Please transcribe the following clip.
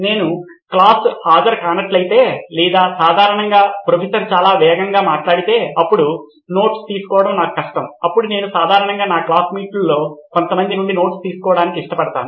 నేను క్లాస్ హాజరు కానట్లయితే లేదా సాధారణంగా ప్రొఫెసర్ చాలా వేగంగా మాట్లాడితే అప్పుడు నోట్స్ తీసు కోవడం నాకు కష్టం అప్పుడు నేను సాధారణంగా నా క్లాస్మేట్స్లో కొంతమంది నుండి నోట్స్ తీసుకోవటానికి ఇష్టపడతాను